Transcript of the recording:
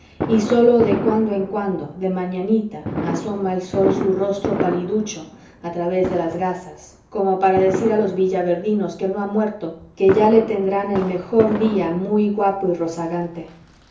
y sólo de cuando en cuando de mañanita asoma el sol su rostro paliducho a través de las gasas como para decir a los villaverdinos que no ha muerto que ya le tendrán el mejor día muy guapo y rozagante